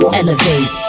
elevate